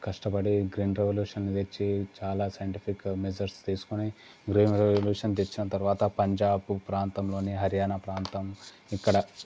కష్టపడి green revolution తెచ్చి చాలా సైంటిఫిక్ మేజర్స్ తీసుకొని గ్రీన్ రెవల్యూషన్ తెచ్చిన తర్వాత పంజాబ్ ప్రాంతంలోని హర్యానా ప్రాంతం ఇక్కడ